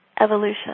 evolution